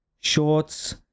shorts